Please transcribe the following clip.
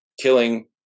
killing